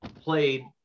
played